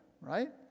right